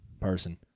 person